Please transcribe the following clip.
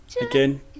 Again